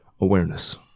awareness